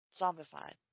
zombified